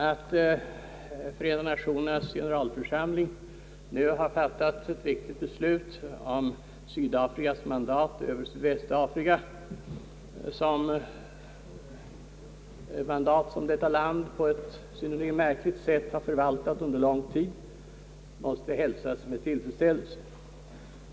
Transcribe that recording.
Att Förenta Nationernas generalförsamling nu har fattat ett viktigt beslut om Sydafrikas mandat över Sydvästafrika — ett mandat som Sydafrika på ett synnerligen märkligt sätt förvaltat under en lång tid — måste hälsas med tillfredsställelse.